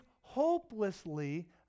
hopelessly